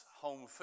home